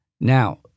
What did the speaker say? Now